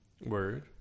word